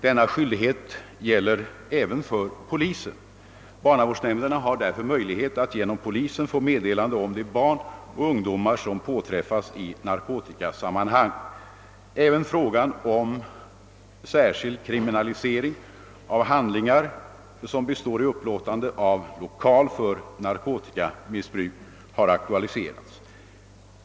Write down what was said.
Denna skyldighet gäller även för polisen. Barnavårdsnämnderna har därför möjlighet att genom polisen få meddelande om de barn och ungdomar som påträffas i narkotikasammanhang. Även frågan om särskild kriminalisering av handlingar som består i upplåtande av lokal för narkotikamissbruk har aktualiserats.